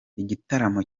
igitaramo